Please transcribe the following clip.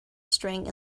string